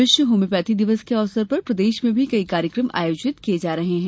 विश्व होम्योपैथी दिवस के अवसर पर प्रदेश में भी कई कार्यक्रम आयोजित किये गये हैं